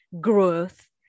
growth